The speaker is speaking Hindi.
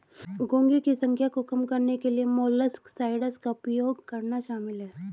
घोंघे की संख्या को कम करने के लिए मोलस्कसाइड्स का उपयोग करना शामिल है